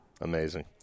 Amazing